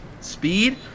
Speed